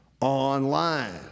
online